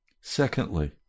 Secondly